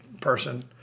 person